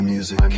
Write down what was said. Music